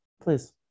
Please